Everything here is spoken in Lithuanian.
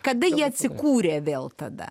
kada jie atsikūrė vėl tada